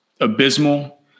abysmal